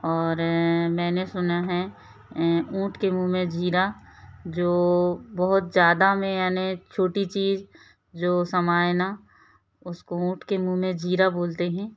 और मैंने सुना है ऊँट के मुंह में जीरा जो बहुत ज़्यादा में यानी छोटी चीज जो समाये ना उसको ऊँट के मुंह में जीरा बोलते हैं